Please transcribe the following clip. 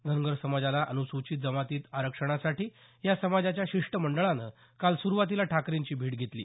धनगर समाजाला अनुसूचित जमातीत आरक्षणासाठी या समाजाच्या शिष्टमंडळानं काल सुरुवातीला ठाकरेंची भेट घेतली